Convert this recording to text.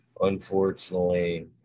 unfortunately